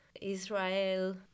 Israel